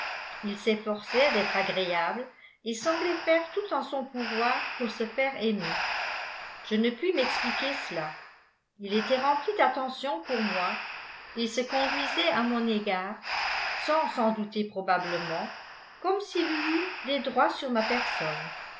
il s'efforçait d'être agréable et semblait faire tout en son pouvoir pour se faire aimer je ne puis m'expliquer cela il était rempli d'attentions pour moi et se conduisait à mon égard sans s'en douter probablement comme s'il eût eu des droits sur ma personne